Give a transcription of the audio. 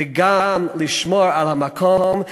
וגם לשמור על המקום,